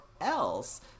else